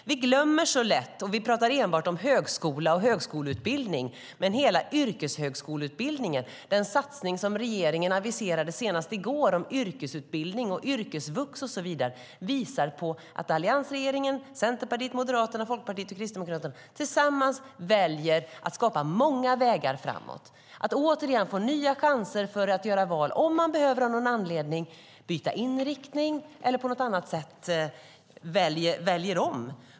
Vi pratar enbart om högskola och högskoleutbildning. Men hela yrkeshögskoleutbildningen, den satsning som regeringen aviserade senast i går om yrkesutbildning, yrkesvux och så vidare, visar på att alliansregeringen - Centerpartiet, Moderaterna, Folkpartiet och Kristdemokraterna tillsammans - väljer att skapa många vägar framåt, att man återigen kan få nya chanser att göra nya val om man av någon anledning behöver byta inriktning eller på något annat sätt vill välja om.